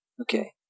Okay